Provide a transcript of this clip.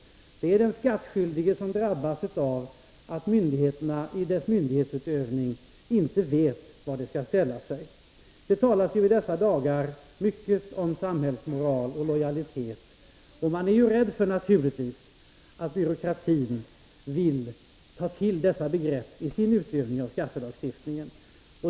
Det är den skattskyldige som drabbas av att myndigheterna i sin myndighetsutövning inte vet var de skall ställa sig. Det talas i dessa dagar mycket om samhällsmoral och lojalitet, och man är naturligtvis rädd för att byråkratin vill ta till dessa vägar i sin utövning av skattelagstiftningen.